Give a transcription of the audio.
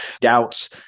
doubts